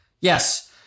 Yes